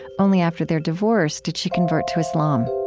only after their divorce did she convert to islam